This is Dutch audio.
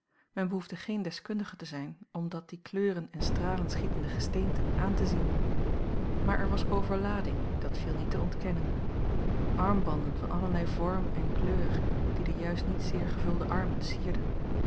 men behoefde geen deskundige te zijn om dat die kleuren en stralen schietende gesteenten aan te zien maar er was overlading dat viel niet te ontkennen armbanden van allerlei vorm en kleur die de juist niet zeer gevulde armen sierden